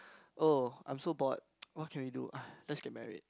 oh I'm so bored what can be do !aiya! let's get married